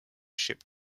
ship